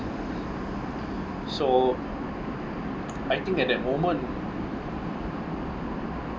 so I think at that moment